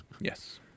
Yes